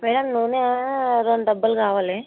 madam నూనె రెండు డబ్బాలు కావాలి